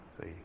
See